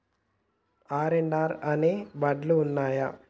RNR అనే వడ్లు ఉన్నయా?